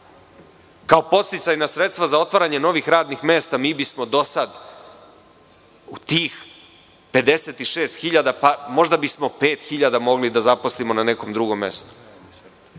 kao podsticajna sredstva za otvaranje novih radnih mesta, mi bismo do sad od tih 56.000, možda bismo 5.000 mogli da zaposlimo na nekom drugom mestu